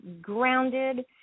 grounded